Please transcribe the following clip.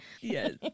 Yes